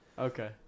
Okay